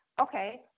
Okay